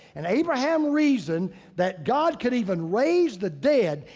and abraham reasoned that god could even raise the dead.